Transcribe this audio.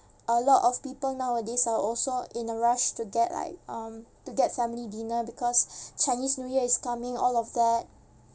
a lot of people nowadays are also in a rush to get like um to get family dinner because chinese new year is coming all of that